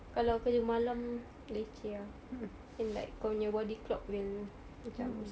kalau kerja malam leceh ah and like kau punya body clock will macam